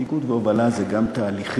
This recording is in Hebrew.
מנהיגות והובלה הן גם תהליכים,